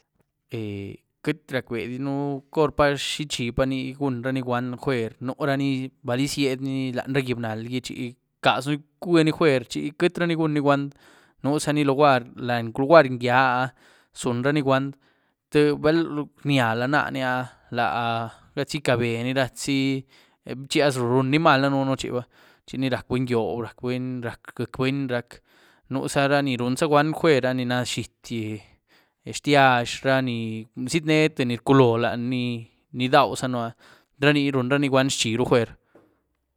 queity rac'bediën cor pa, xi zhí pa ní gunraní gwuan jueer, nuraní balí ziední lany ra gyieb naal gí chi rcazën c'wuení jueer chi queityraní gwaní gwan. Nuzaní luguary lany luguary nguíia zunraní gwan, tïé bal rnyiah lad naní àh, laah ratzí icabení, ratzí chi az runí mal danënú chi ba, chi ni rac'buny gíohb, rac'buny, rac' gyiec' buny. Nuza raa ni runza gwan jueer áh ni na zhiéty, xtyiaázh, ra ni zyietnee tïé ni rculo laní idauzanú àh, raní runzaruní gwan fueer.